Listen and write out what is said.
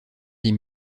des